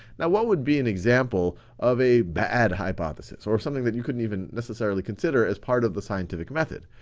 now, what would be an example of a bad hypothesis or of something that you couldn't even necessarily consider as part of the scientific method?